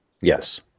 Yes